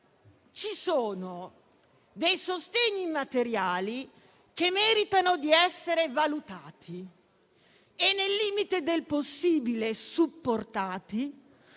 pertanto dei sostegni materiali che meritano di essere valutati e, nel limite del possibile, supportati